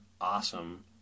awesome